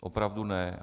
Opravdu ne.